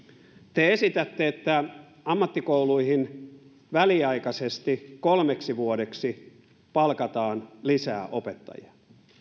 te esitätte että ammattikouluihin väliaikaisesti kolmeksi vuodeksi palkataan lisää opettajia